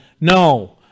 No